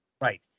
right